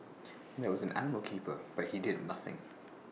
and there was an animal keeper but he did nothing